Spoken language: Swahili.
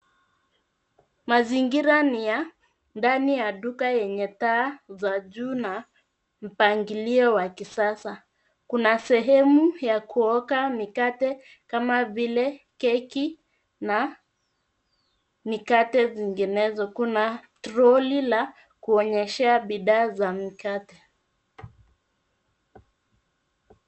Mazingira ni ya ndani ya duka yenye taa za juu na mpangilio wa kisasa. Kuna sehemu ya kuoka mikate kama vile keki na mikate zinginezo. Kuna toroli la kuonyeshea bidhaa za mikate.